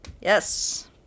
Yes